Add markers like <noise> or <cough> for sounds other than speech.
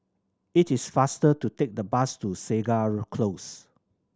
it is faster to take the bus to Segar <unintelligible> Close